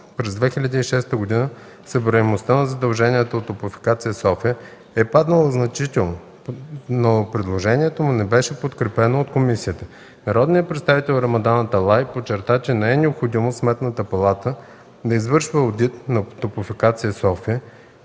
през 2006 г. събираемостта на задълженията от "Топлофикация София" е паднала значително, но предложението му не беше подкрепено от комисията. Народният представител Рамадан Аталай подчерта, че не е необходимо Сметната палата да извършва одит на „Топлофикация София”,